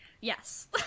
yes